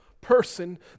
person